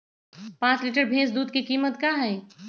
पाँच लीटर भेस दूध के कीमत का होई?